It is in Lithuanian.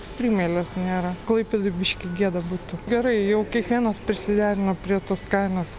strimelės nėra klaipėdoj biškį gėda būtų gerai jau kiekvienas prisiderina prie tos kainos